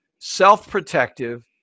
self-protective